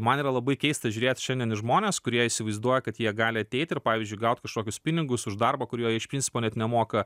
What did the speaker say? man yra labai keista žiūrėt šiandien į žmones kurie įsivaizduoja kad jie gali ateit ir pavyzdžiui gaut kažkokius pinigus už darbą kuriuo jie iš principo net nemoka